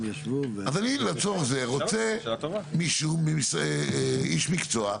אז אני לצורך זה רוצה איש מקצוע.